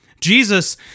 Jesus